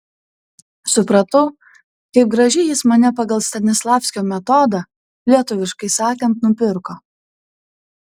supratau kaip gražiai jis mane pagal stanislavskio metodą lietuviškai sakant nupirko